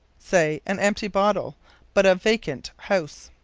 say, an empty bottle but, a vacant house.